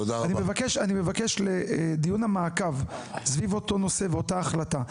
אני מבקש שדיון המעקב סביב אותו נושא ואותה החלטה,